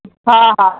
हा हा